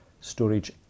storage